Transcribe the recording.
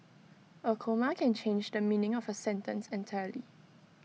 A comma can change the meaning of A sentence entirely